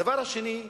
הדבר השני,